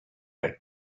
right